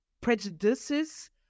prejudices